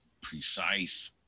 precise